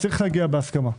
צריך להגיע בהסכמה,